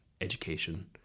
education